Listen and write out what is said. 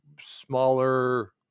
smaller